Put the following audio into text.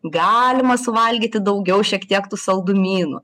galima suvalgyti daugiau šiek tiek tų saldumynų